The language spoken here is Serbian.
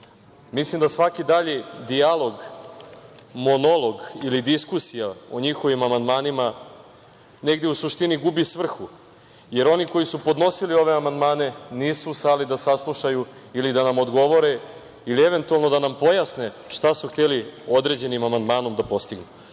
da svaki dalji dijalog, monolog ili diskusija o njihovim amandmanima negde u suštine gubi svrhu, jer oni koji su podnosili ove amandmane nisu u sali da saslušaju, da nam odgovore ili eventualno da nam pojasne šta su hteli određenim amandmanom da postignu.